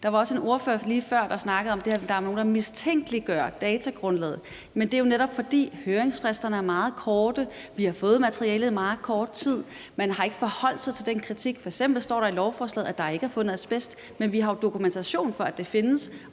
Der var også en ordfører lige før, der snakkede om, at der er nogle, der mistænkeliggør datagrundlaget. Men det er jo netop, fordi høringsfristerne er meget korte. Vi har fået materialet i meget kort tid. Man har ikke forholdt sig til den kritik. F.eks. står der i lovforslaget, at der ikke er fundet asbest. Men vi har dokumentation for, at det findes,